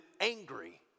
angry